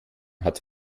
hat